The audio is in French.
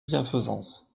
bienfaisance